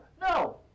No